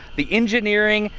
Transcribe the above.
the engineering,